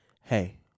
Hey